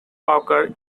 occur